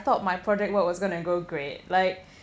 thought my project work was gonna go great like